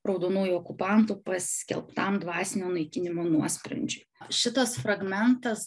raudonųjų okupantų paskelbtam dvasinio naikinimo nuosprendžiui šitas fragmentas